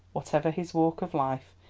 whatever his walk of life,